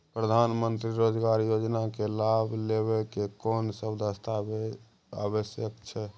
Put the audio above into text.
प्रधानमंत्री मंत्री रोजगार योजना के लाभ लेव के कोन सब दस्तावेज आवश्यक छै?